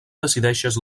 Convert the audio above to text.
decideixes